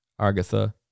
Argatha